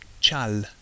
chal